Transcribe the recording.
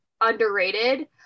underrated